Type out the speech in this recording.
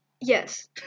Yes